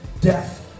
death